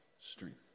strength